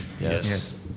Yes